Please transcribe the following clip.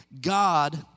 God